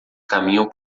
caminham